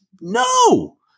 no